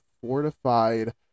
fortified